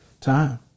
Time